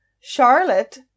Charlotte